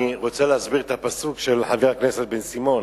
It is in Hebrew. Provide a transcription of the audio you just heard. אני רוצה להסביר את הפסוק שדיבר עליו חבר הכנסת בן-סימון,